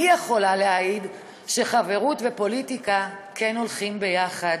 אני יכולה להעיד שחברות ופוליטיקה כן הולכות יחד.